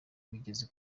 wigeze